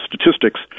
statistics